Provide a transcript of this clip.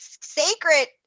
sacred